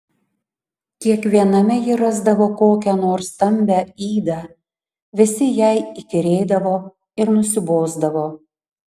kiekviename ji rasdavo kokią nors stambią ydą visi jai įkyrėdavo ir nusibosdavo